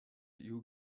you